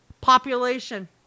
population